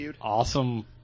awesome